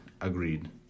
agreed